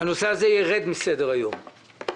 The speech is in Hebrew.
הנושא הזה ירד מסדר היום,